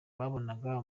babonaga